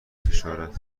فشارد